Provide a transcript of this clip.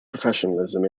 professionalism